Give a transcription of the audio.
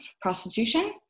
prostitution